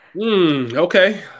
Okay